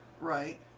Right